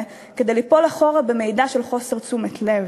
כדי ליפול אחורה במעידה של חוסר תשומת לב.